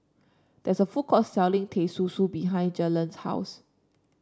there is a food court selling Teh Susu behind Jalen's house